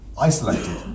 isolated